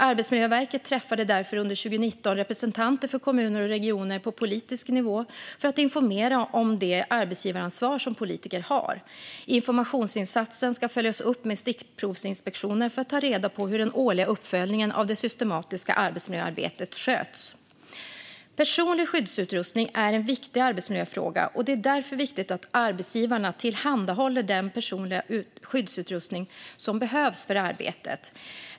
Arbetsmiljöverket träffade därför under 2019 representanter för kommuner och regioner på politisk nivå för att informera om det arbetsgivaransvar som politiker har. Informationsinsatsen ska följas upp med stickprovsinspektioner för att ta reda på hur den årliga uppföljningen av det systematiska arbetsmiljöarbetet sköts. Personlig skyddsutrustning är en viktig arbetsmiljöfråga, och det är därför viktigt att arbetsgivarna tillhandahåller den personliga skyddsutrustning som behövs för arbetet.